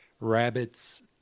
rabbits